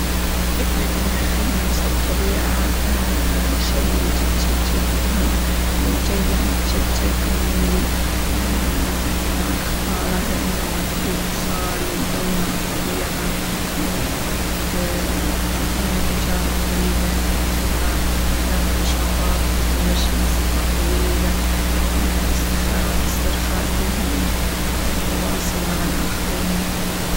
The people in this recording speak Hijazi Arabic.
فكرة إني أخيم وسط طبيعة شي جد جد جد مهم -وجاي يع- جد جد يعني لي طبعًا أختاره لإنه فيو إتصال قوي مع الطبيعة، وتعطينا تجارب فريدة يمكن -نستماع- الاستمتاع بنشاطات مثل: المشي لمسافات طويلة، -استخراء- استرخاء ذهني، تواصل مع الآخرين.